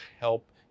help